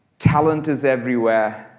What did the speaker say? talent is everywhere,